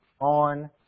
on